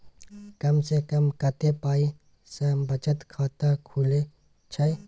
कम से कम कत्ते पाई सं बचत खाता खुले छै?